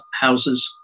houses